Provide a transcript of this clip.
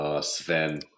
Sven